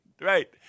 Right